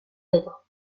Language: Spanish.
edo